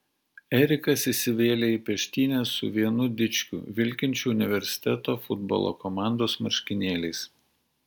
erikas įsivėlė į peštynes su vienu dičkiu vilkinčiu universiteto futbolo komandos marškinėliais